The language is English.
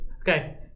okay